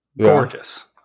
gorgeous